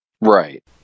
Right